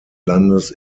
landes